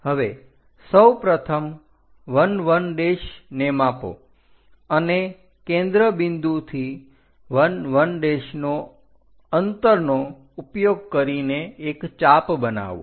હવે સૌપ્રથમ 1 1 ને માપો અને કેન્દ્ર બિંદુથી 1 1 અંતરનો ઉપયોગ કરીને એક ચાપ બનાવો